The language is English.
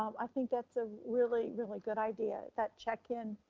um i think that's a really, really good idea that check-in,